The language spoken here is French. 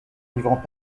livrant